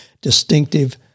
distinctive